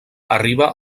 arriba